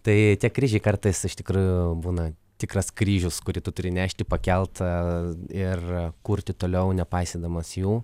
tai tie kryžiai kartais iš tikrųjų būna tikras kryžius kurį tu turi nešti pakelt a ir kurti toliau nepaisydamas jų